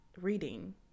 reading